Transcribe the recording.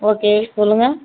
okay சொல்லுங்கள்